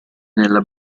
nella